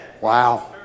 Wow